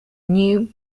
new